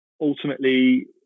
ultimately